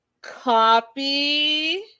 Copy